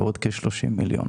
ועוד כ-30 מיליון.